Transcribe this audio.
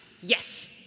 Yes